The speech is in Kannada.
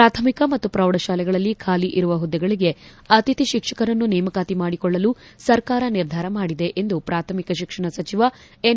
ಪ್ರಾಥಮಿಕ ಮತ್ತು ಪ್ರೌಢಶಾಲೆಗಳಲ್ಲಿ ಖಾಲಿ ಇರುವ ಹುದ್ದೆಗಳಿಗೆ ಅತಿಥಿ ಶಿಕ್ಷಕರನ್ನು ನೇಮಕಾತಿ ಮಾಡಿಕೊಳ್ಳಲು ಸರ್ಕಾರ ನಿರ್ಧಾರ ಮಾಡಿದೆ ಎಂದು ಪ್ರಾಥಮಿಕ ಶಿಕ್ಷಣ ಸಚಿವ ಎನ್